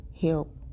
help